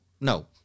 no